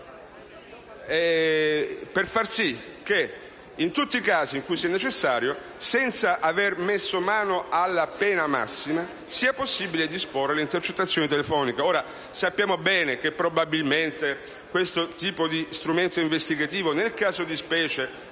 per fare in modo che in tutti i casi in cui sia necessario, senza aver messo mano alla pena massima, sia possibile disporre intercettazioni telefoniche. Sappiamo bene che probabilmente questo tipo di strumento investigativo nel caso di specie